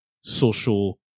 social